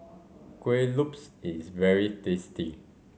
Kuih Lopes is very tasty